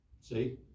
See